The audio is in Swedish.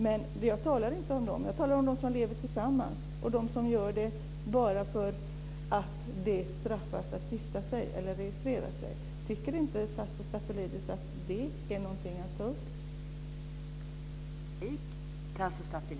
Men jag talar inte om dem. Jag talar om dem som lever tillsammans och som gör det bara därför att det straffar sig att gifta sig eller registrera sig. Tycker inte Tasso Stafilidis att det är någonting att ta upp?